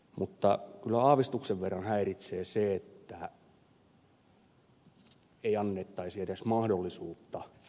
mutta kyllä aavistuksen verran häiritsee se että ei annettaisi edes mahdollisuutta